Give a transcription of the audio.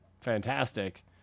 fantastic